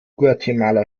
guatemala